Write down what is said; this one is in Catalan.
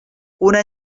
una